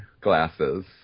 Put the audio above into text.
glasses